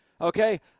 Okay